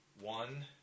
one